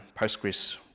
Postgres